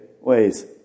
ways